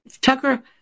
Tucker